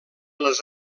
les